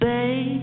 Babe